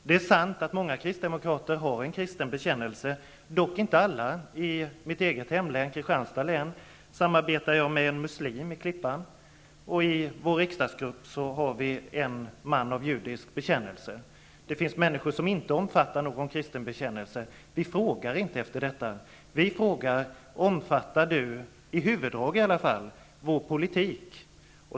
Det är sant att många kristdemokrater har en kristen bekännelse. Det gäller dock inte alla. I mitt eget hemlän, Kristianstad län, samarbetar jag med en muslim i Klippan, och i vår riksdagsgrupp har vi en man av judisk bekännelse. Det finns också människor som inte omfattar någon kristen bekännelse. Vi frågar inte efter detta. Vi frågar: Omfattar du, åtminstone i huvuddrag, vår politik?